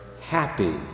happy